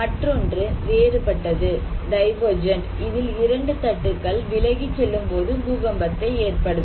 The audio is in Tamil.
மற்றொன்று வேறுபட்டது இதில் இரண்டு தட்டுகள் விலகிச் செல்லும்போது பூகம்பத்தை ஏற்படுத்தும்